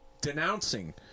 denouncing